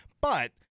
But-